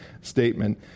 statement